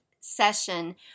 session